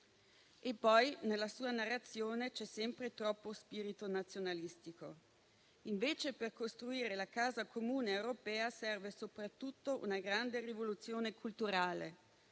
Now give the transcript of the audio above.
Poi, nella sua narrazione c'è sempre troppo spirito nazionalistico. Invece, per costruire la casa comune europea serve soprattutto una grande rivoluzione culturale: